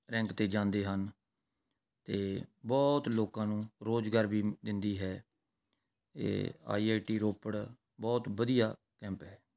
rank 'ਤੇ ਜਾਂਦੇ ਹਨ ਅਤੇ ਬਹੁਤ ਲੋਕਾਂ ਨੂੰ ਰੁਜ਼ਗਾਰ ਵੀ ਦਿੰਦੀ ਹੈ ਇਹ ਆਈ ਆਈ ਟੀ ਰੋਪੜ ਬਹੁਤ ਵਧੀਆ ਕੈਂਪ ਹੈ